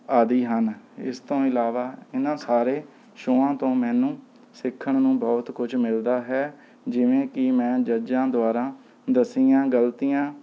ਆਦਿ ਹਨ ਇਸ ਤੋਂ ਇਲਾਵਾ ਇਹਨਾਂ ਸਾਰੇ ਸ਼ੋਆਂ ਤੋਂ ਮੈਨੂੰ ਸਿੱਖਣ ਨੂੰ ਬਹੁਤ ਕੁਛ ਮਿਲਦਾ ਹੈ ਜਿਵੇਂ ਕਿ ਮੈਂ ਜੱਜਾਂ ਦੁਆਰਾ ਦੱਸੀਆਂ ਗਲਤੀਆਂ